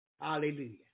Hallelujah